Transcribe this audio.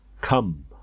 Come